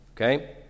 okay